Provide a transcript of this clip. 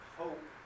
hope